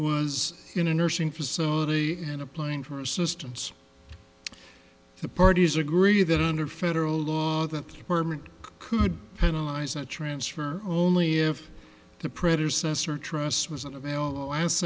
was in a nursing facility and applying for assistance the parties agree that under federal law that department could penalize a transfer only if the predecessor trusts wasn't available as